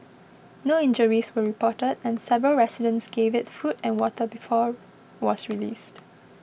no injuries were reported and several residents gave it food and water before was released